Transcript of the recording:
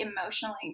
emotionally